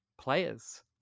players